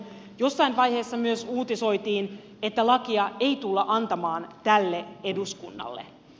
jossain vaiheessa myös uutisoitiin että lakia ei tulla antamaan tälle eduskunnalle